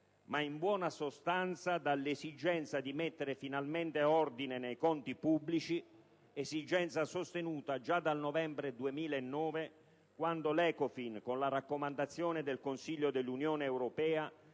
ma, in buona sostanza, dall'esigenza di mettere finalmente ordine nei conti pubblici, esigenza sostenuta già dal novembre 2009, quando l'Ecofin, con la raccomandazione del Consiglio dell'Unione europea,